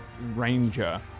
Ranger